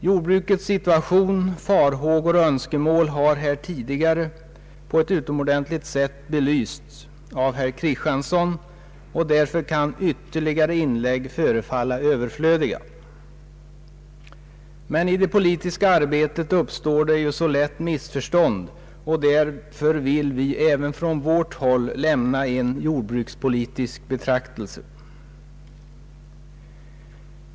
Jordbrukets situation, farhågor och önskemål har här tidigare på ett utomordentligt sätt belysts av herr Kristiansson, och därför kan ytterligare inlägg förefalla överflödiga. Men i det politiska arbetet uppstår det så lätt missförstånd, och därför vill vi även från vårt håll lämna en jordbrukspolitisk betraktelse.